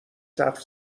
سقف